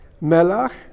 Melach